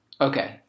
Okay